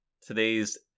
today's